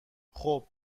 خوب